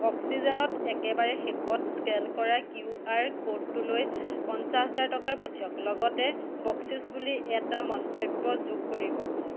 অক্সিজেনত একেবাৰে শেষত স্কেন কৰা কিউ আৰ ক'ডটোলৈ পঞ্চাছ হেজাৰ টকা পঠিয়াওক লগতে বকচিচ বুলি এটা মন্তব্য যোগ কৰিব